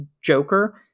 Joker